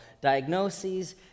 Diagnoses